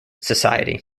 society